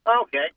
Okay